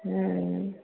हम्म